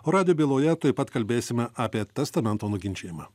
o radijo byloje tuoj pat kalbėsime apie testamento nuginčijimą